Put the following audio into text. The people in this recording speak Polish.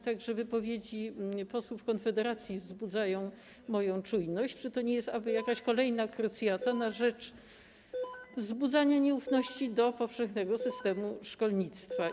Także wypowiedzi posłów Konfederacji wzbudzają moją czujność, mam wątpliwość, czy to nie jest aby jakaś kolejna krucjata mająca na celu wzbudzanie nieufności do powszechnego systemu szkolnictwa.